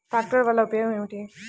ట్రాక్టర్లు వల్లన ఉపయోగం ఏమిటీ?